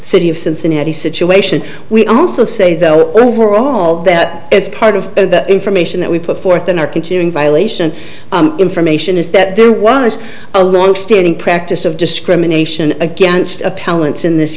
city of cincinnati situation we also say though overall that is part of the information that we put forth in our continuing violation information is that there was a longstanding practice of discrimination against appellants in this